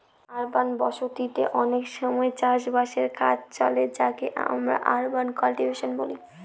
urban বসতি তে অনেক সময় চাষ বাসের কাজে চলে যাকে আমরা আরবান কাল্টিভেশন বলি